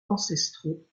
ancestraux